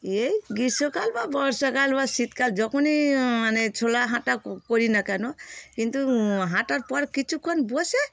এই গ্রীষ্মকাল বা বর্ষকাল বা শীতকাল যখনই মানে চলা হাঁটা করি না কেন কিন্তু হাঁটার পর কিছুক্ষণ বসে